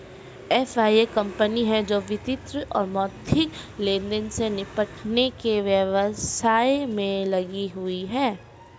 FI एक कंपनी है जो वित्तीय और मौद्रिक लेनदेन से निपटने के व्यवसाय में लगी हुई है